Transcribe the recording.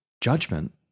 judgment